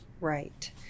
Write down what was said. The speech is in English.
Right